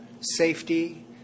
safety